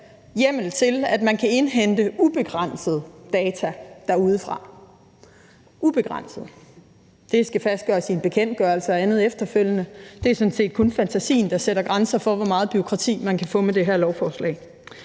hjemmel til, at man kan indhente en ubegrænset mængde data derudefra – ubegrænset. Det skal fastsættes i en bekendtgørelse og noget andet efterfølgende; det er sådan set kun fantasien, der sætter grænser for, hvor meget bureaukrati man kan få med det her lovforslag.